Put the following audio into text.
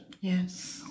Yes